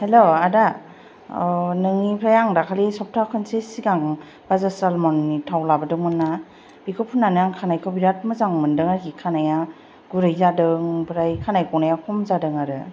hello आदा नोंनिफ्राय आं दाखालि सब्था खनसे सिगां बाजाज आलमण्डनि थाव लाबोदोंमोन ना बेखौ फुननानै आं खानायखौ बिराद मोजां मोनदों आरोखि खानाइया गुरै जादों ओमफ्राय खानाइ गनाया खम जादों आरो